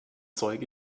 zeug